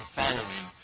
following